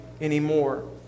anymore